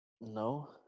No